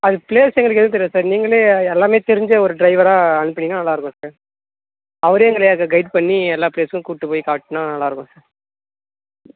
அது ப்ளேஸ் எங்களுக்கு எதுன்னு தெரியாது சார் நீங்களே எல்லாமே தெரிஞ்ச ஒரு ட்ரைவராக அனுப்புனிங்கன்னா நல்லா இருக்கும் சார் அவரே எங்களை கைட் பண்ணி எல்லா ப்ளேஸும் கூட்டு போய் காட்டினா நல்லா இருக்கும் சார்